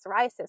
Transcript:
psoriasis